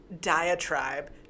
diatribe